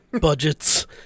Budgets